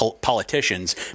politicians